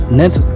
net